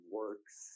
works